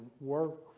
work